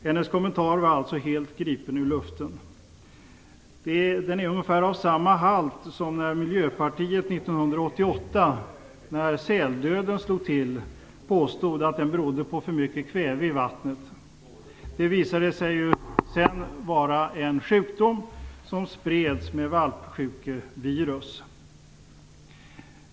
Hennes kommentar var alltså helt gripen ur luften. Den är ungefär av samma halt som Miljöpartiets påstående 1988, när säldöden slog till, att den berodde på för mycket kväve i vattnet. Det visade sig ju vara en sjukdom som spreds med ett valpsjukevirus.